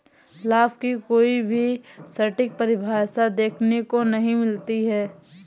लाभ की कोई भी सटीक परिभाषा देखने को नहीं मिलती है